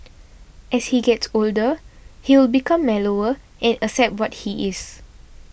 as he gets older he will become mellower and accept what he is